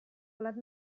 plat